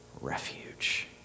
refuge